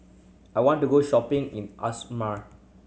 I want to go shopping in Asmara